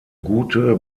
gute